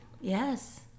Yes